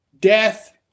death